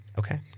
Okay